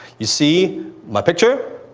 you see my picture?